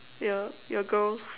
your your girls